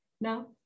Now